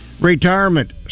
Retirement